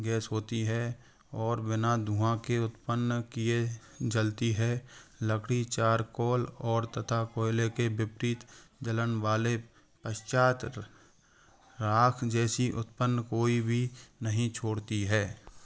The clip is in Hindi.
गैस होती है और बिना धुआं के उत्पन्न किए जलती है लकड़ी चारकोल और तथा कोयले के विपरीत जलन वाले पश्चयात राख जैसी उत्पन्न कोई भी नहीं छोड़ती है